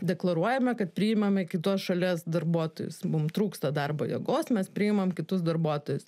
deklaruojame kad priimame kitos šalies darbuotojus mum trūksta darbo jėgos mes priimam kitus darbuotojus